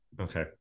Okay